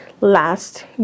last